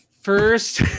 First